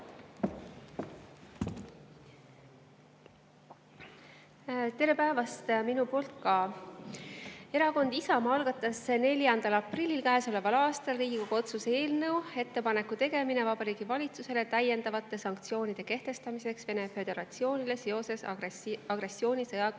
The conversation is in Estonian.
Tere päevast minu poolt ka! Erakond Isamaa algatas 4. aprillil Riigikogu otsuse "Ettepaneku tegemine Vabariigi Valitsusele täiendavate sanktsioonide kehtestamiseks Vene Föderatsioonile seoses agressioonisõjaga